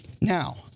Now